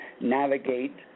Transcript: navigate